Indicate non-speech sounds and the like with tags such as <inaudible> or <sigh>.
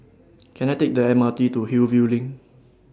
<noise> Can I Take The M R T to Hillview LINK